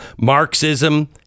Marxism